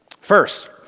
First